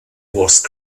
worst